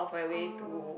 oh